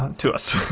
to us.